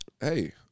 Hey